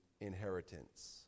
inheritance